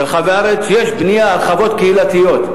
ברחבי הארץ יש בנייה, הרחבות קהילתיות.